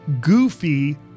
Goofy